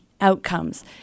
outcomes